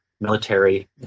military